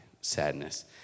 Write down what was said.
sadness